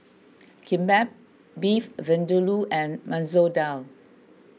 Kimbap Beef Vindaloo and Masoor Dal